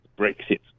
Brexit